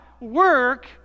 work